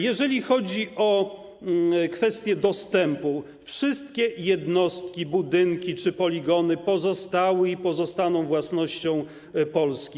Jeżeli chodzi o kwestię dostępu - wszystkie jednostki, budynki czy poligony pozostaną własnością Polski.